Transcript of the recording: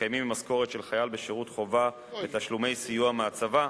ומתקיימים ממשכורת של חייל בשירות חובה ותשלומי סיוע מהצבא,